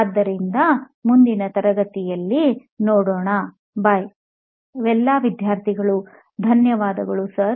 ಆದ್ದರಿಂದ ಮುಂದಿನ ತರಗತಿಯಲ್ಲಿ ನೋಡೋಣ ಬೈ ಎಲ್ಲಾ ವಿದ್ಯಾರ್ಥಿಗಳು ಧನ್ಯವಾದಗಳು ಸರ್